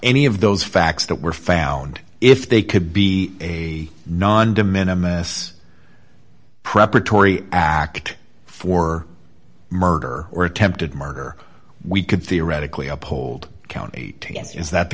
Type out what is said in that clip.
any of those facts that were found if they could be a non de minimus preparatory act for murder or attempted murder we could theoretically uphold count a t s is that the